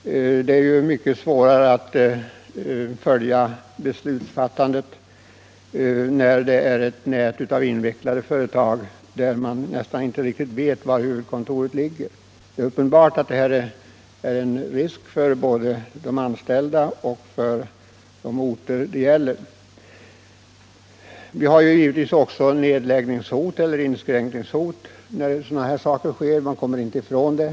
Det är ju mycket svårt att följa beslutsfattandet när det finns ett nät av invecklade företag där man knappast riktigt vet var huvudkontoret ligger. Det är uppenbart att detta är en risk för både de anställda och de orter det är fråga om. Vi har givetvis också nedläggningshot eller inskränkningshot när sådana här saker sker —- det kommer man inte ifrån.